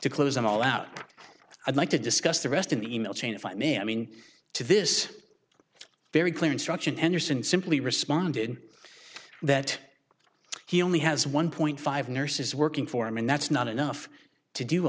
to close an all out i'd like to discuss the rest in the email chain if i may i mean to this very clear instruction anderson simply responded that he only has one point five nurses working for him and that's not enough to do